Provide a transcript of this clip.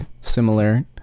similar